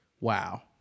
Wow